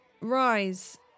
Rise